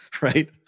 right